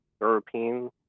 European